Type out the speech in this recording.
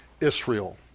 Israel